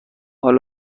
حال